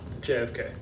JFK